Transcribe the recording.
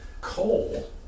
Coal